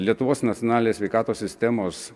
lietuvos nacionalinę sveikatos sistemos